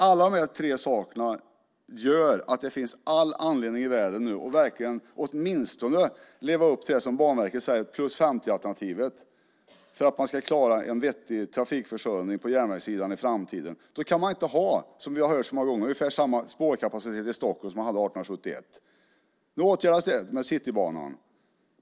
Alla de här tre sakerna gör att det finns all anledning i världen att nu verkligen åtminstone leva upp till Banverkets plus 50-alternativ. För att klara en vettig framtida trafikförsörjning på järnvägssidan går det inte, som vi så många gånger har hört, att ha ungefär samma spårkapacitet i Stockholm som den man hade 1871. Nu åtgärdas det med Citybanan.